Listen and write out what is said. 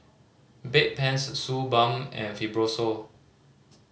Bedpans Suu Balm and Fibrosol